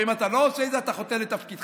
אם אתה לא עושה את זה, אתה חוטא לתפקידך.